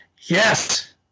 yes